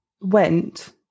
went